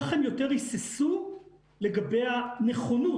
כך הם יותר היססו לגבי הנכונות,